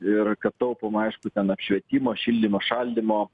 ir kad taupoma aišku ten apšvietimo šildymo šaldymo